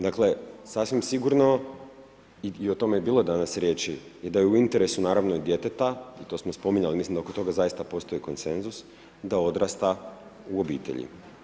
Dakle, sasvim sigurno i o tome je bilo danas riječi i da je u interesu naravno i djeteta i to smo spominjali, mislim da oko toga zaista postoji konsenzus, da odrasta u obitelji.